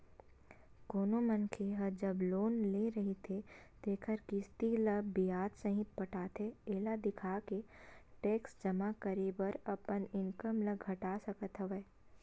कोनो मनखे ह जब लोन ले रहिथे तेखर किस्ती ल बियाज सहित पटाथे एला देखाके टेक्स जमा करे बर अपन इनकम ल घटा सकत हवय